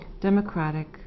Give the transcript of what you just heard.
democratic